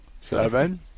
Seven